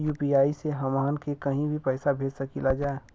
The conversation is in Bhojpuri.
यू.पी.आई से हमहन के कहीं भी पैसा भेज सकीला जा?